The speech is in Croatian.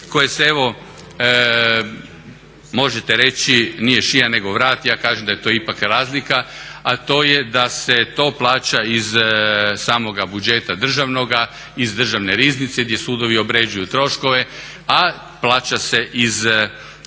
koje se evo možete reći nije šija nego vrat, ja kažem da je to ipak razlika, a to je da se to plaća iz samoga budžeta državnoga, iz Državne riznice gdje sudovi obrađuju troškove, a plaća se iz same